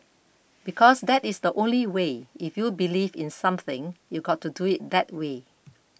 because that is the only way if you believe in something you've got to do it that way